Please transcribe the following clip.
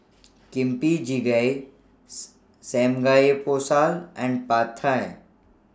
Kimchi Jjigae Samgeyopsal and Pad Thai